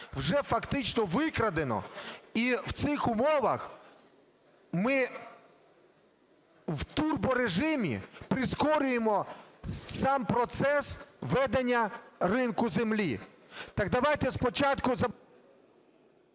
вже фактично викрадено, і в цих умовах ми в турборежимі прискорюємо сам процес ведення ринку землі. Так давайте спочатку…